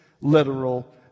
literal